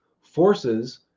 Forces